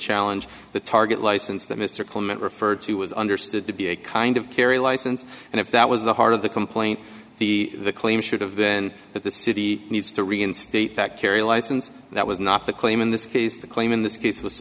challenge the target license that mr clement referred to was understood to be a kind of carry license and if that was the heart of the complaint the claim should've then that the city needs to reinstate that carry license that was not the claim in this case the claim in this case was